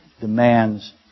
demands